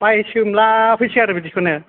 बायसोमला फैयोसो आरो बिदिखौनो